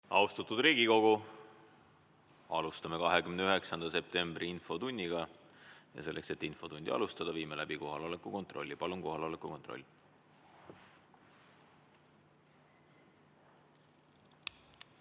Austatud Riigikogu! Alustame 29. septembri infotundi. Selleks, et infotundi alustada, viime läbi kohaloleku kontrolli. Palun kohaloleku kontroll!